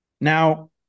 now